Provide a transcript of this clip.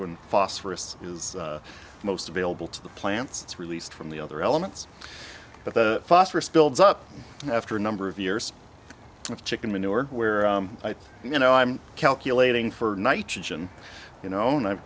when phosphorous is most available to the plants it's released from the other elements but the phosphorus builds up after a number of years of chicken manure where you know i'm calculating for nitrogen you know and i